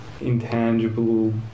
intangible